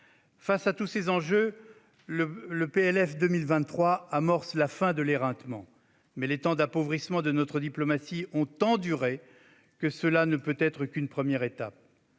Face à tous ces enjeux, le PLF pour 2023 amorce la fin de l'éreintement. Mais les temps d'appauvrissement de notre diplomatie ont tant duré que cela ne peut être qu'une première étape.